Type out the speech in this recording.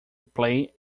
play